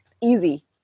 easy